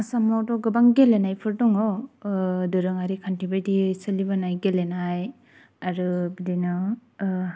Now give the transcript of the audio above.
आसामावथ' गोबां गेलेनायफोर दङ दोरोङारि खान्थि बादियै सोलिबोनाय गेलेनाय आरो बिदिनो